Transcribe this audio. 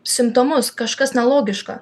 simptomus kažkas nelogiška